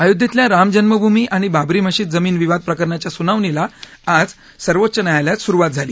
अयोध्येतल्या रामजन्मभूमी आणि बाबरी मशीद जमीन विवाद प्रकरणाच्या सुनावणीला आज सर्वोच्च न्यायालयात सुरुवात झाली